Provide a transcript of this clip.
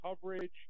coverage